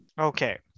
Okay